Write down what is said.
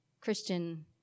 Christian